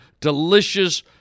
delicious